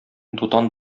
дутан